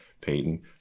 Payton